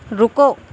رکو